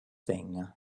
thing